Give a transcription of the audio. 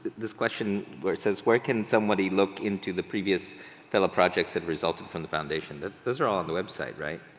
this question where it says where can somebody look into the previous fellow projects had resulted from the foundation? those are all on the website, right?